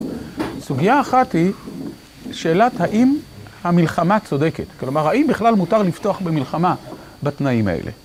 סוגיה אחת היא שאלת האם המלחמה צודקת, כלומר האם בכלל מותר לפתוח במלחמה בתנאים האלה.